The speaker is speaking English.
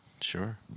sure